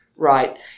Right